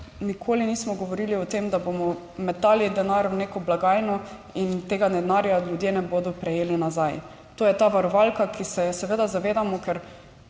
nikoli nismo govorili o tem, da bomo metali denar v neko blagajno in tega denarja ljudje ne bodo prejeli nazaj. To je ta varovalka, ki se je seveda zavedamo, ker